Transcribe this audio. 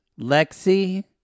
Lexi